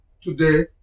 today